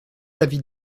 l’avis